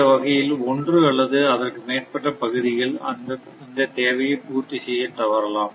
இந்த வகையில் ஒன்று அல்லது அதற்கு மேற்பட்ட பகுதிகள் இந்த தேவையை பூர்த்தி செய்ய தவறலாம்